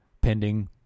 pending